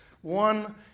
one